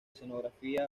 escenografía